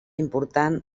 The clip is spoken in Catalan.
important